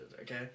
okay